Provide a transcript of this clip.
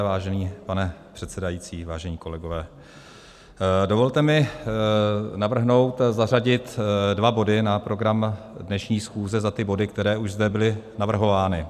Vážený pane předsedající, vážení kolegové, dovolte mi navrhnout zařadit dva body na program dnešní schůze za ty body, které už zde byly navrhovány.